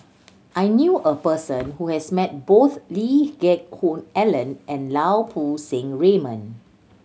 I knew a person who has met both Lee Geck Hoon Ellen and Lau Poo Seng Raymond